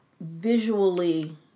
visually